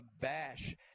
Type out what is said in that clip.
Bash